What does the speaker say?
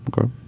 Okay